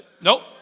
Nope